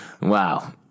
Wow